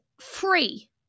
free